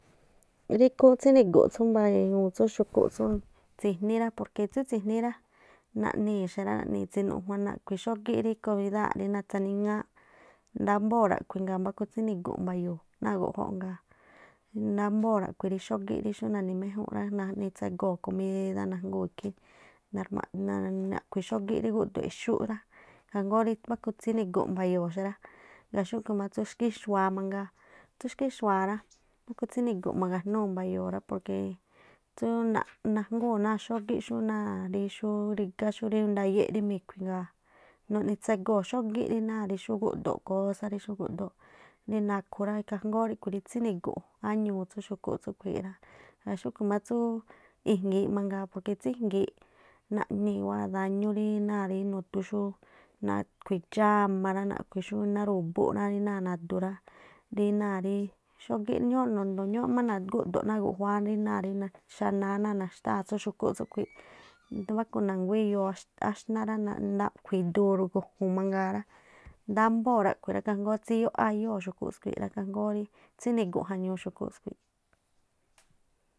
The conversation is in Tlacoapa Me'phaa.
Rí khú rí tsi̱ni̱gu̱ꞌ tsú mba̱ñu̱u tsú xu̱kú tsú tsijni̱ rá porque tsú tsi̱jní rá, naꞌnii̱ xa rá naꞌnii̱ tsenuꞌjuan naꞌkhui̱ xógíꞌ rí komidáa̱ꞌ rí nathaniŋááꞌ ndábóo̱ raꞌkhui̱ ngaa̱ mbáku tsini̱gu̱ꞌ mba̱yo̱o̱ náa̱ guꞌjóꞌ, ngaa̱ nambóo̱ raꞌkhui̱ rí xógíꞌ rí xú na̱ni̱ méjúnꞌ rá, naꞌni tsegoo̱ komídá najgúu̱n ikhí narmáꞌ-naaꞌ-naaꞌ- naꞌkhui̱- xógíꞌ rí gúꞌdo̱ꞌ exúꞌ rá. Ikhaa jngóó rí mbáku tsíni̱gu̱ꞌ mba̱yo̱o̱ xa rá. Ngaa̱ xúꞌkhu̱ má tsú xkíxua̱a mangaa, tsú xkíxua̱a rá mbáku tsíni̱gu̱ꞌ ma̱jnuu̱ mba̱yo̱o̱ rá porque tsú nanjgúu̱n náa̱ xógí xú náa̱ rí xú rigá xúrí ndayéꞌ rí mi̱khui̱ ngaa̱ nuꞌni tsegoo̱ xógíꞌ rí náa̱ xú gúꞌdo̱ꞌ kosá rí xú gúꞌdo̱ꞌ rí nakhu rá, ikhaa jngóó riꞌkhui̱ rí tsíni̱gu̱ꞌ áñuu̱ tsú xu̱kúꞌ tsúꞌkhui̱ rá. Gaa̱ xúꞌkhui má tsúú i̱ngi̱iꞌ mangaa porque tsú i̱ngi̱iꞌ naꞌnii̱ wáa̱ dañú rí náa̱ nudu xúú naꞌkhui̱ dxámá rá, naꞌkhui̱ xú iná ru̱búꞌ rá náa̱ na̱du rá ri náa̱ rí xógí má nagúꞌdo̱ꞌ náa̱ guꞌjuáá ri náa̱ rí náa̱ xanáá náa̱ naxtáa̱ tsú xu̱kúꞌ tsúkhui̱, mbáku na̱guá iyoo á- áxná- rá, naꞌkhui̱ nduru̱gu̱ju̱n mangaa rá, ndámbóo̱ ráꞌkhui̱ rá ikhaa jngóó tsíyóꞌ áyóo̱ xu̱kúꞌ skhui̱ rá, ikhaa jngóó rí tsíni̱gu̱ꞌ jañu̱u xúku̱ꞌ skui̱ꞌ.